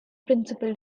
principal